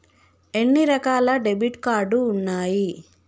ఎన్ని రకాల debit card ఉన్నాయి?